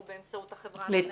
או באמצעות החברה המנהלת.